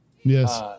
Yes